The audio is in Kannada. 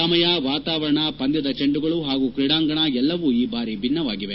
ಸಮಯ ವಾತಾವರಣ ಪಂದ್ಯದ ಚೆಂಡುಗಳು ಹಾಗೂ ಕ್ರೀಡಾಂಗಣ ಎಲ್ಲವೂ ಈ ಬಾರಿ ಭಿನ್ನವಾಗಿವೆ